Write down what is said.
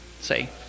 say